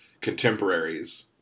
contemporaries